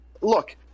look